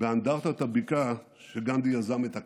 באנדרטת הבקעה, שגנדי יזם את הקמתה.